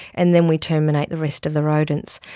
and then we terminate the rest of the rodents.